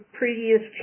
previous